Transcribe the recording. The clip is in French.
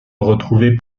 retrouver